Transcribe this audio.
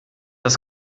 das